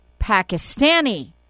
Pakistani